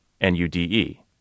N-U-D-E